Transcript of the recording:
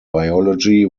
biology